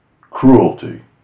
cruelty